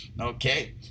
Okay